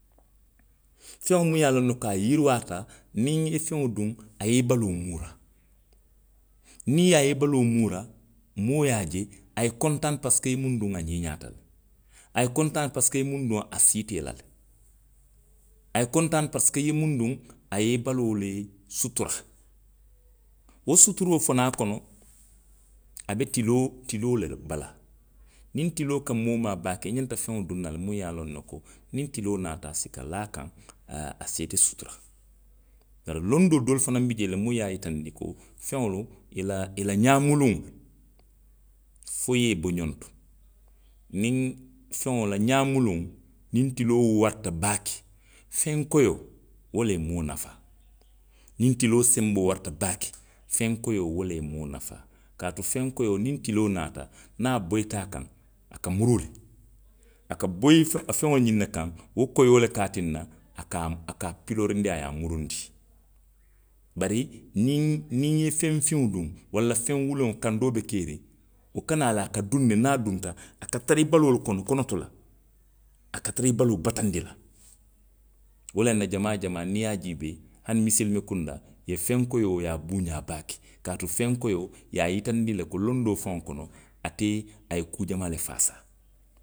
Feŋo muŋ ye a loŋ ne ko a yiriwaata, niŋ i ye feŋo duŋ, a ye i baloo muuraa. Niŋ a ye i baloo muuraa, moo ye a je. a ye kontaani parisiko i ye muŋ duŋ a ňiiňaata, a ye kontaani parisiko i ye miŋ duŋ, a siita i la le. A ye kontaani parisiko i ye miŋ duŋ a ye i baloo le sutura. Wo suturoo fana kono. a be tiloo, tiloo le lu bala. Niŋ tiloo ka moo maa baake, i xanta feŋo duŋ na muŋ ye a loŋ ne ko niŋ tiloo naata, a si ka laa a kaŋ. aa, a se i te sutura. Bari lodoo doolu fanaŋ bi jee le muŋ ye a loŋ ne ko feŋolu, i la, i la ňaa muluŋo, fo i ye i bo ňoŋ to. Niŋ fewo la ňaa muluŋo, niŋ tiloo warata baake. feŋ koyoo, wo le ye moo nafaa. Niŋ tiloo senboo warata baake, feŋ koyoo wo le ye moo nafaa. Kaatu feŋ koyoo, niŋ tiloo naata. niŋ a boyita a kaŋ. a ka muruu le. A ka boyi feŋ, feŋo ňiŋ ne kaŋ. wo koyoo le ka a tinna a ka, a ka a piloorindi. a ye a muruundi. Bari niŋ, niŋ i ye feŋ fiŋo duŋ, walla feŋ wuleŋo kandoo be keeriŋ. wo ka naa le, a ka duŋ ne, niŋ a dunta, a ka tara i baloo le kono, konoto la. A ka tara i baloo bataandi la. Wolaŋ na jamaa jamaa niŋ i ye a jiibe, hani misilimekundaa. i ye feŋ koyoo, i ye a buňaa baake, kaatu feŋ koyoo i ye a yitandi le ko londoo faŋo kono, ate, a ye kuu jamaa le faasaa.